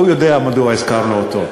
הוא יודע מדוע הזכרנו אותו.